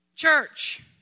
Church